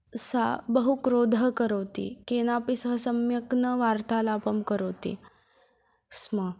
सा बहु क्रोधः करोति केनापि सह सम्यक् न वार्तालापं करोति स्म